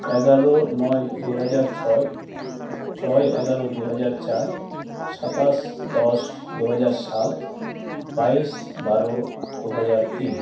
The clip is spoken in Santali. ᱮᱜᱟᱨᱳ ᱱᱚᱭ ᱫᱩ ᱦᱟᱡᱟᱨ ᱪᱷᱚᱭ ᱪᱷᱚᱭ ᱮᱜᱟᱨᱳ ᱫᱩ ᱦᱟᱡᱟᱨ ᱪᱟᱨ ᱥᱟᱛᱟᱥ ᱫᱚᱥ ᱫᱩ ᱦᱟᱡᱟᱨ ᱥᱟᱛ ᱵᱟᱭᱤᱥ ᱵᱟᱨᱳ ᱫᱩ ᱦᱟᱡᱟᱨ ᱛᱤᱱ